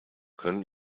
können